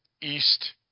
east